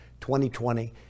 2020